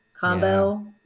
combo